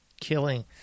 killing